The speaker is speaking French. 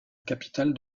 capitale